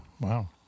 Wow